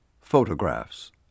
Photographs